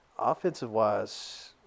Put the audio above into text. Offensive-wise